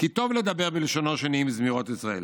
כי טוב לדבר בלשונו של נעים זמירות ישראל.